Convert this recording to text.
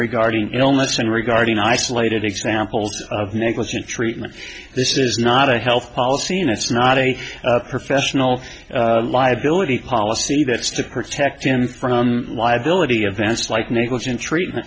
regarding illness and regarding isolated examples of negligent treatment this is not a health policy and it's not a professional liability policy that's to protect him from liability events like negligent treatment